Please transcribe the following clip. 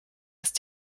ist